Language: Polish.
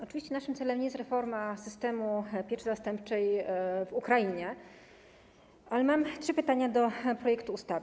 Oczywiście naszym celem nie jest reforma systemu pieczy zastępczej w Ukrainie, ale mam trzy pytania dotyczące projektu ustawy.